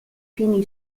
finì